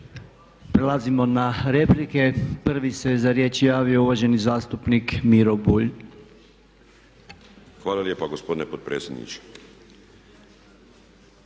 Hvala lijepo gospodine potpredsjedniče.